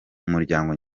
umuryango